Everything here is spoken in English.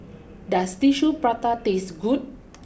does Tissue Prata taste good